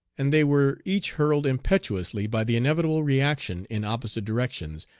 and they were each hurled impetuously, by the inevitable reaction in opposite directions,